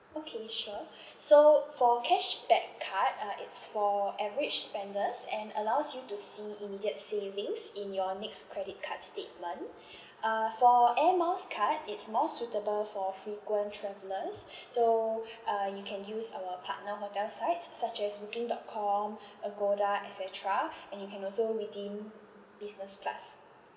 okay sure so for cashback card uh it's for average spenders and allows you to see immediate savings in your next credit card statement uh for air miles card it's more suitable for frequent travellers so uh you can use our partner hotel sites such as booking dot com agoda et cetera and you can also redeem business flights